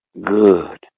good